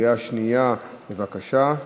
קריאה שנייה, בבקשה.